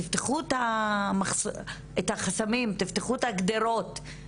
תפתחו את החסמים, תפתחו את הגדרות.